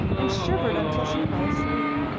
and shivered until she fell asleep.